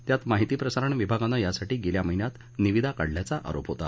त्यात माहिती प्रसारण विभागानं यासाठी गेल्या महिन्यात निवीदा काढल्याचा आरोप होता